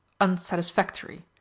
unsatisfactory